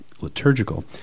liturgical